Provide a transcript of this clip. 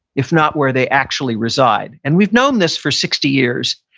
if not where they actually reside. and we've known this for sixty years.